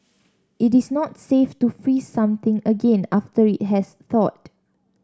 it is not safe to freeze something again after it has thawed